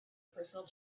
personal